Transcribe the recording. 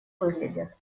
выглядят